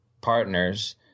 partners